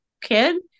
kid